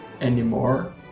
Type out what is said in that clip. anymore